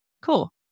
Cool